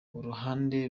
uruhande